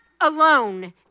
alone